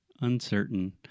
uncertain